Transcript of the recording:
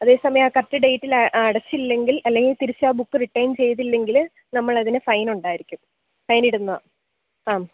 അതേ സമയം കറെക്റ്റ് ഡേയ്റ്റിൽ ആ അടച്ചില്ലെങ്കിൽ അല്ലെങ്കിൽ തിരിച്ചു ആ ബുക്ക് റിട്ടേൺ ചെയ്തില്ലെങ്കിൽ നമ്മൾ അതിന് ഫൈൻ ഉണ്ടായിരിക്കും ഫൈൻ ഇടുന്നത് ആണ്